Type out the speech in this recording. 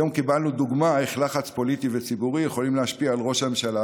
היום קיבלנו דוגמה איך לחץ פוליטי וציבורי יכולים להשפיע על ראש הממשלה,